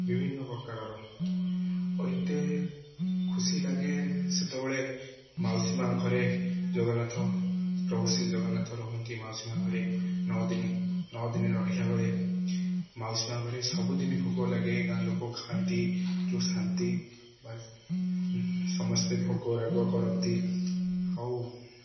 ବିଭିନ୍ନ ପ୍ରକାରର ଆଉ ଏତେ ଖୁସି ଲାଗେ ସେତେବେଳେ ମାଉସୀ ମାଆ ଘରେ ଜଗନ୍ନାଥ ପ୍ରଭୁ ଶ୍ରୀ ଜଗନ୍ନାଥ ରୁହନ୍ତି ମାଉସୀ ମାଆ ଘରେ ନଅ ଦିନ ନଅ ଦିନ ରହିଲା ବେଳେ ମାଉସୀ ମାଆ ଘରେ ସବୁଦିନ ଭୋଗ ଲାଗେ ଗାଁ ଲୋକ ଖାଆନ୍ତି ଯେଉଁ ଶାନ୍ତି ବା ସମସ୍ତେ ଭୋଗ ରାଗ କରନ୍ତି ଆଉ